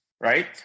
right